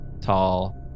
tall